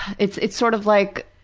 it's it's sort of like,